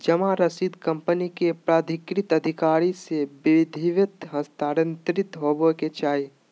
जमा रसीद कंपनी के प्राधिकृत अधिकारी से विधिवत हस्ताक्षरित होबय के चाही